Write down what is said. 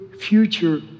future